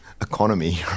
economy